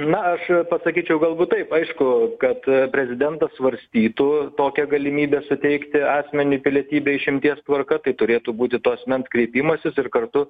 na aš pasakyčiau galbūt taip aišku kad prezidentas svarstytų tokią galimybę suteikti asmeniui pilietybė išimties tvarka tai turėtų būti to asmens kreipimasis ir kartu